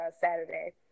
Saturday